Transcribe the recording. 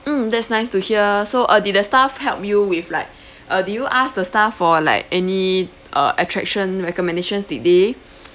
mm that's nice to hear so uh did the staff help you with like uh did you ask the staff for like any uh attraction recommendations did they